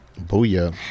Booyah